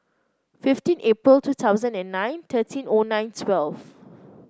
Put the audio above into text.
fifteen April two thousand and nine thirteen O nine twelve